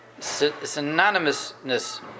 synonymousness